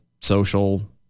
social